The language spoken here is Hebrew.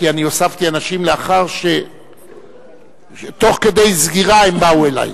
כי אני הוספתי אנשים שתוך כדי סגירה באו אלי.